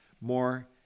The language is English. more